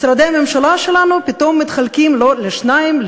משרדי הממשלה שלנו פתאום מתחלקים לא לשניים,